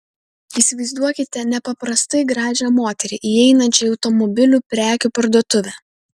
įsivaizduokite nepaprastai gražią moterį įeinančią į automobilių prekių parduotuvę